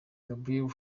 gabriel